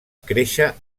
créixer